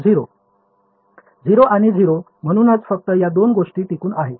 0 आणि 0 म्हणूनच फक्त या दोन गोष्टी टिकून आहेत